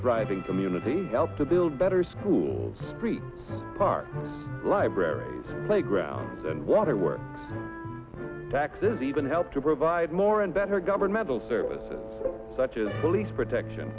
thriving community help to build better schools street park libraries playgrounds and waterworks taxes even help to provide more and better governmental services such as police protection